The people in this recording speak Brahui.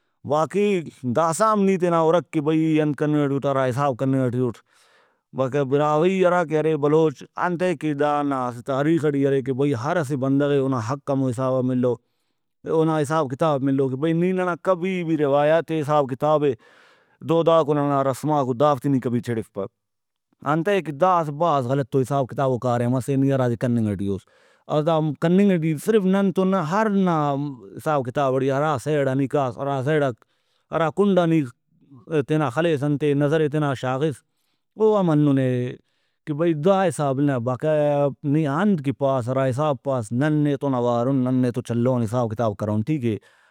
واقعی داسہ ہم نی تینا ہُرک کہ بھئی ای انت کننگ ٹی اُٹ ہرا حساب کننگ ٹی اُٹ۔ بقایا براہوئی ہراکہ ارے بلوچ انتئے کہ دانا اسہ تاریخ ٹی ارے کہ بھئی ہر اسہ بندغے اونا حق ہمو حسابا مِلو اونا حساب کتاب مِلو کہ بھئی نی ننا کبھی بھی روایاتے حساب کتابے دوداکو ننا رسماکو دافتے نی کبھی چھیڑفپہ۔ انتئے کہ دا اسہ بھاز غلطو حساب کتابو کاریمسے نی ہرادے کننگ ٹی اُس ۔اور دا کننگ ٹی صرف ننتو نہ ہر نا حساب کتاب ٹی ہرا سیڈا نی کاس ہراسیڈا ہراکُنڈا نی تینا خلیس انتے نظرے تینا شاغس او ہم ہنُنے کہ بھئی دا حساب نہ بقایا نی انت کہ پاس ہرا حساب پاس نن نیتون اوارُن نن نیتون چلون حساب کتاب کرون ٹھیکے